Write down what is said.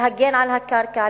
להגן על הקרקע,